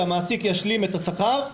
שהמעסיק ישלים את השכר,